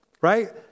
right